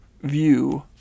view